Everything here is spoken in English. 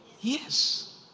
Yes